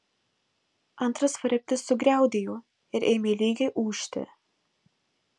antras variklis sugriaudėjo ir ėmė lygiai ūžti